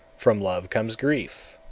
from love comes grief,